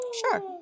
Sure